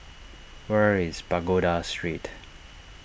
where is Pagoda Street